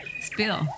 spill